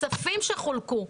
הכספים שחולקו,